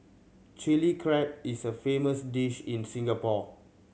Chilli Crab is a famous dish in Singapore